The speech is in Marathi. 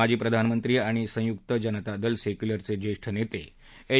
माजी प्रधानमंत्री आणि जनता दल सेक्युलरचे ज्येष्ठ नेते एच